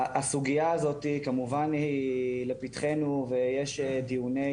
הסוגיה הזאת היא כמובן לפתחנו ויש דיוני